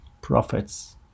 prophets